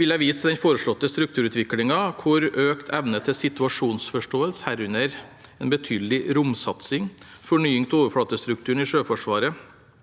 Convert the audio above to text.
vil jeg vise til den foreslåtte strukturutviklingen, hvor økt evne til situasjonsforståelse, herunder en betydelig romsatsing, fornying av overflatestrukturen i Sjøforsvaret,